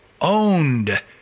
owned